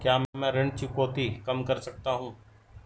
क्या मैं ऋण चुकौती कम कर सकता हूँ?